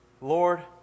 Lord